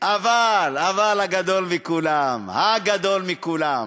אבל, אבל הגדול מכולם, הגדול מכולם,